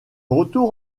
retour